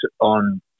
on